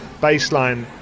baseline